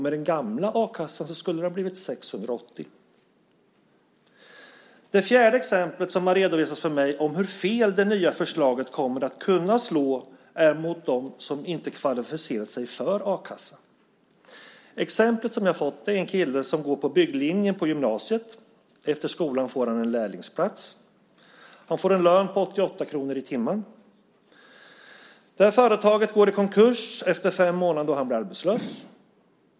Med den gamla a-kassan skulle det ha blivit 680 kr. Det fjärde exemplet som har redovisats för mig om hur fel det nya förslaget kommer att kunna slå gäller dem som inte har kvalificerat sig för a-kassan. Det exempel som jag har fått är en kille som går på bygglinjen på gymnasiet. Efter skolan får han en lärlingsplats. Han får en lön på 88 kr i timmen. Företaget går i konkurs efter fem månader, och då blir han arbetslös.